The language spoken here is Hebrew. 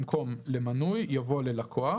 במקום "למנוי" יבוא "ללקוח",